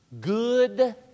good